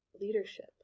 leadership